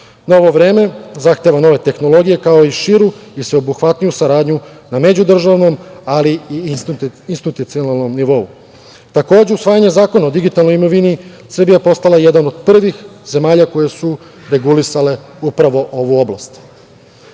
Novo vreme zahteva nove tehnologije, kao i širu i sveobuhvatniju saradnju na međudržavnom, ali i na institucionalnom nivou. Takođe, usvajanjem Zakona o digitalnoj imovini Srbija je postala jedna od prvih zemalja koje su regulisale upravo ovu